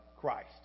Christ